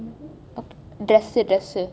dress உ:u dress உ:u